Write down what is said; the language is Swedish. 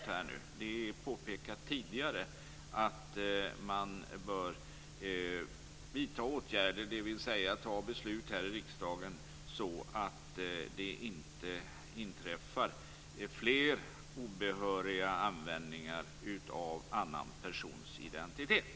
Det har påpekats tidigare att man bör vidta åtgärder, dvs. fatta beslut här i riksdagen så att det inte inträffar fler fall av obehörig användning av annan persons identitet.